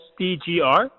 SDGR